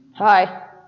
Hi